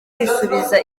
kwisubiza